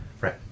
Right